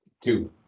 two